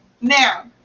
Now